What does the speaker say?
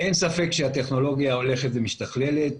אין ספק שהטכנולוגיה הולכת ומשתכללת.